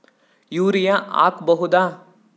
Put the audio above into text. Urea ಹಾಕ್ ಬಹುದ?